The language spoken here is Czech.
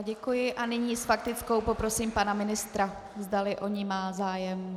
Děkuji a nyní s faktickou poprosím pana ministra, zdali o ni má zájem.